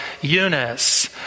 Eunice